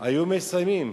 הדבש,